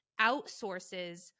outsources